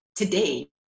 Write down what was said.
today